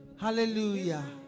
Hallelujah